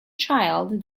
child